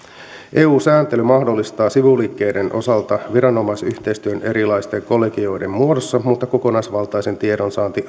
eu sääntely mahdollistaa sivuliikkeiden osalta viranomaisyhteistyön erilaisten kollegioiden muodossa mutta kokonaisvaltainen tiedonsaanti